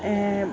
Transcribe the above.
ऐं